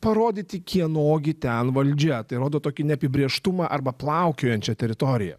parodyti kieno gi ten valdžia tai rodo tokį neapibrėžtumą arba plaukiojančią teritoriją